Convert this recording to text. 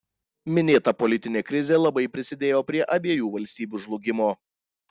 minėta politinė krizė labai prisidėjo prie abiejų valstybių žlugimo